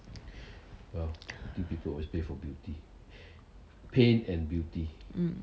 mm